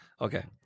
Okay